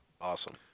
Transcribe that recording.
Awesome